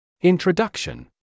Introduction